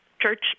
church